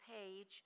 page